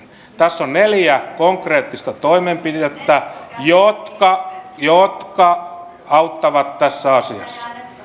tässä on neljä konkreettista toimenpidettä jotka auttavat tässä asiassa